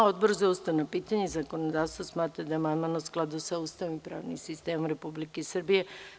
Odbor za ustavna pitanja i zakonodavstvo smatra da je amandman u skladu sa Ustavom i pravnim sistemom Republike Srbije.